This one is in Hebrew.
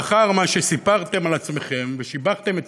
לאחר מה שסיפרתם על עצמכם ושיבחתם את